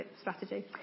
strategy